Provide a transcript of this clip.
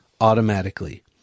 automatically